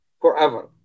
forever